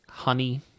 honey